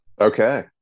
Okay